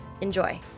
Enjoy